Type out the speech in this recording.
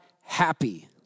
happy